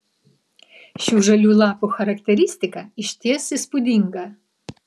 šių žalių lapų charakteristika išties įspūdinga